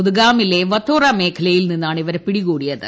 ബുദ്ഗാമിലെ വത്തോറ മേഖലയിൽ നിന്നാണ് ഇവരെ പിടികൂടിയത്